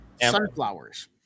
Sunflowers